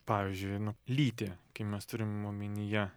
pavyzdžiui lytį kai mes turim omenyje